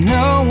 no